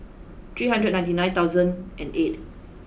three hundred ninety nine thousand and eight